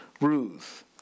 Ruth